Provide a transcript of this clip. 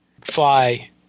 Fly